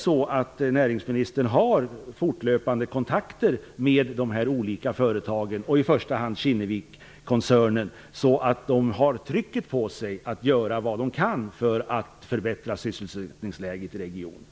Har näringsministern fortlöpande kontakter med de olika företagen, och i första hand med Kinnevikkoncernen, så att de har trycket på sig att göra vad de kan för att förbättra sysselsättningsläget i regionen?